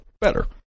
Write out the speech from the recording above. better